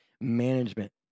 management